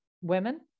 women